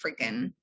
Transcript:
freaking